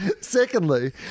Secondly